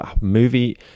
movie